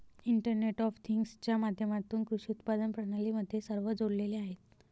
internet of थिंग्जच्या माध्यमातून कृषी उत्पादन प्रणाली मध्ये सर्व जोडलेले आहेत